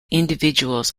individuals